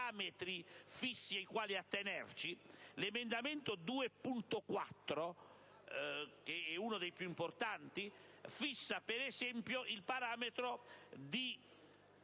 fissi ai quali attenerci? L'emendamento 2.4 (testo 2), che è uno dei più importanti, fissa, per esempio, il parametro di